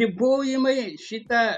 ribojimai šitą